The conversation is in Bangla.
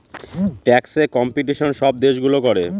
ট্যাক্সে কম্পিটিশন সব দেশগুলো করে